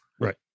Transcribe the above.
Right